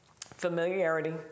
familiarity